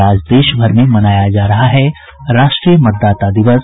और देश भर में मनाया जा रहा है राष्ट्रीय मतदाता दिवस